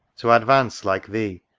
to advance like thee,